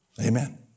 Amen